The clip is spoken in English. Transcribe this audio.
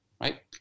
right